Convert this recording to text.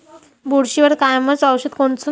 बुरशीवर कामाचं औषध कोनचं?